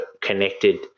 connected